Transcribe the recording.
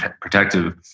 protective